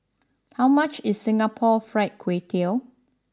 how much is Singapore Fried Kway Tiao